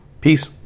Peace